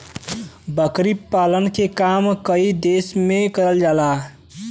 बकरी पालन के काम कई देस में करल जाला